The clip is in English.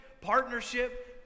partnership